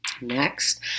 next